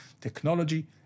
technology